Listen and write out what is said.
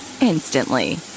instantly